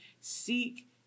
Seek